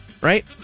Right